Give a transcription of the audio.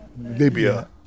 libya